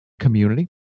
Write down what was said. community